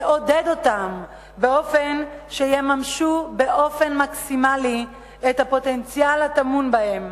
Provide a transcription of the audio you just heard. לעודד אותם באופן שיממשו באופן מקסימלי את הפוטנציאל הטמון בהם,